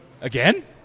Again